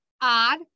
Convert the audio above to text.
odd